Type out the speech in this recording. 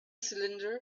cylinder